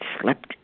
slept